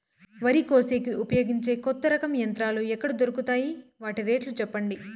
వరి కోసేకి ఉపయోగించే కొత్త రకం యంత్రాలు ఎక్కడ దొరుకుతాయి తాయి? వాటి రేట్లు చెప్పండి?